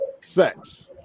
sex